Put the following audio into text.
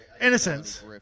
innocence